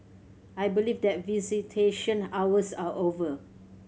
I believe that visitation hours are over